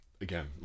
Again